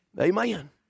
Amen